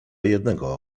jednego